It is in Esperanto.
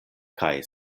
kaj